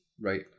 Right